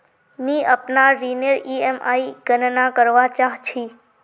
मि अपनार ऋणनेर ईएमआईर गणना करवा चहा छी